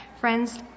friends